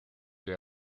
que